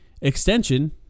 extension